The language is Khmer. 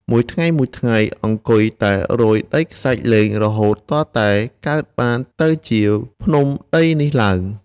មួយថ្ងៃៗ អង្គុយតែរោយដីខ្សាច់លេង រហូតទាល់តែកើតបានទៅជាភ្នំដីនេះឡើង ។